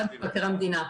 המדינה.